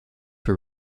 were